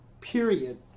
period